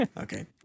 Okay